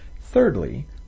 Thirdly